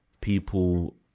people